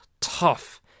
tough